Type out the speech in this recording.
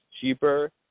cheaper